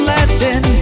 Latin